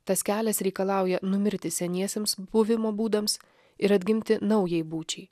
tas kelias reikalauja numirti seniesiems buvimo būdams ir atgimti naujai būčiai